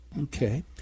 Okay